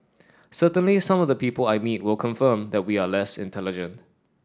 certainly some of the people I meet will confirm that we are less intelligent